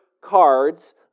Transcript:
cards